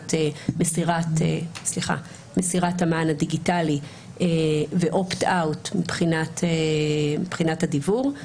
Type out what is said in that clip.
מבחינת מסירת המען הדיגיטלי ו-opt out מבחינת הדיוור.